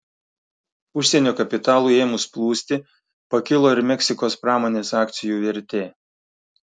užsienio kapitalui ėmus plūsti pakilo ir meksikos pramonės akcijų vertė